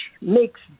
makes